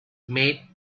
made